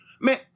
man